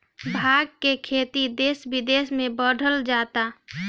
भाँग के खेती देस बिदेस में बढ़ल जाता